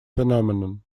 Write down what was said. phenomenon